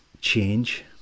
change